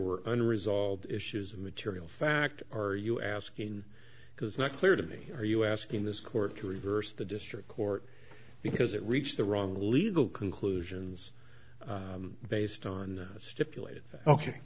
were unresolved issues of material fact or are you asking because not clear to me are you asking this court to reverse the district court because it reached the wrong legal conclusions based on the stipulated ok